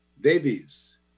Davies